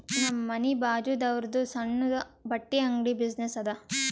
ನಮ್ ಮನಿ ಬಾಜುದಾವ್ರುದ್ ಸಣ್ಣುದ ಬಟ್ಟಿ ಅಂಗಡಿ ಬಿಸಿನ್ನೆಸ್ ಅದಾ